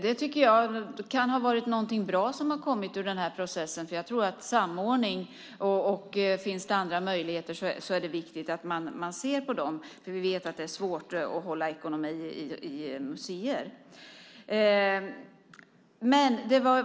Det kan ha varit något bra som kommit ur den här processen, för jag tror på samordning och om det finns andra möjligheter är det viktigt att man ser på dem. Vi vet ju att det är svårt att ha någon ekonomi i museer.